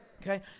Okay